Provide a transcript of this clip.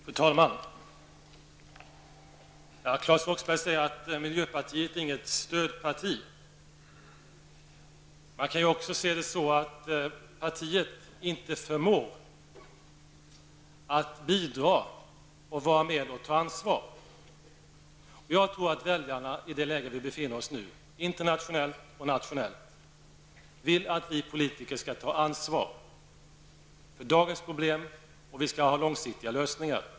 Fru talman! Claes Roxbergh säger att miljöpartiet inte är något stödparti. Man kan också se det så att partiet inte förmår att bidra, vara med och ta ansvar. Jag tror att väljarna i det läge som vi befinner oss i nu internationellt och nationellt vill att vi politiker skall ta ansvar för dagens problem och att vi skall ha långsiktiga lösningar.